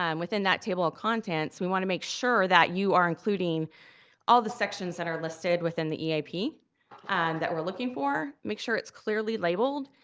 um within that table of contents, we wanna make sure that you are including all the sections that are listed within the eap and that we're looking for, make sure it's clearly labeled,